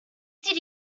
did